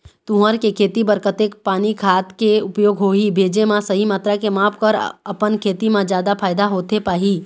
तुंहर के खेती बर कतेक पानी खाद के उपयोग होही भेजे मा सही मात्रा के माप कर अपन खेती मा जादा फायदा होथे पाही?